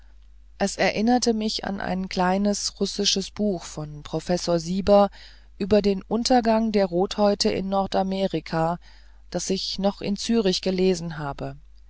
es erinnerte mich an ein russisches buch von prof sieber über den untergang der rothäute in nordamerika das ich noch in zürich gelesen habe